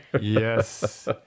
yes